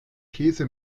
käse